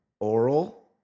Oral